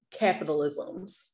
capitalisms